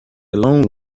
alone